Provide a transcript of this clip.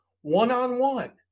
one-on-one